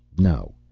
no.